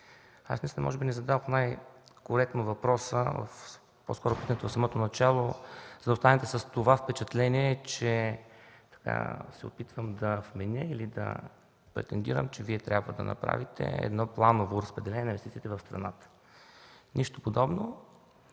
Наистина може би не зададох най-коректно въпроса в самото начало, за да останете с впечатлението, че се опитвам да вменя или да претендирам, че Вие трябва да направите планово разпределение на инвестициите в страната – нищо подобно.